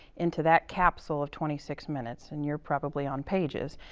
into that capsule of twenty six minutes. and you're probably on pages.